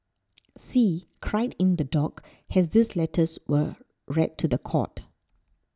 see cried in the dock as these letters were read to the court